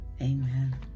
Amen